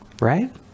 right